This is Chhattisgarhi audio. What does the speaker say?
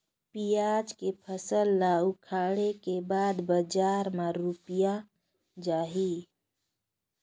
पियाज के फसल ला उखाड़े के बाद बजार मा रुपिया जाही?